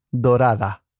Dorada